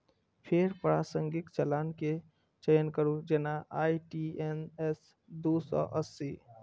फेर प्रासंगिक चालान के चयन करू, जेना आई.टी.एन.एस दू सय अस्सी